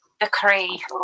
Decree